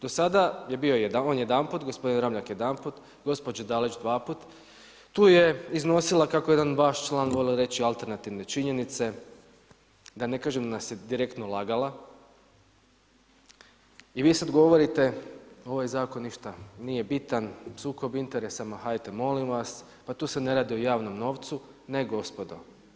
Do sada je bio on jedanput, gospodin Ramljak jedanput, gospođa Dalić dva puta, tu je iznosila kako jedan vaš član volio reći alternativne činjenice, da ne kažem da nas je direktno lagala, i vi sad govorite ovaj zakon ništa nije bitan, sukob interesa ma hajte molim vas, pa tu se ne radi o javnom novcu, ne gospodo.